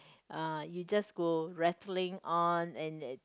uh you just go rattling on and and